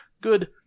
good